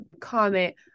comment